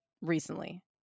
recently